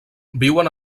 viuen